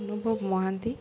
Anubhav Mohanty